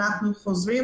אנחנו חוזרים